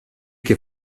che